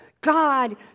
God